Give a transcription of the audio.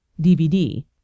DVD